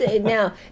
Now